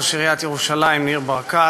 ראש עיריית ירושלים ניר ברקת,